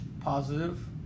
Positive